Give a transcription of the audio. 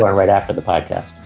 right after the podcast.